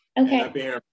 Okay